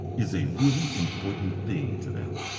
is a really important thing to them.